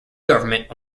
government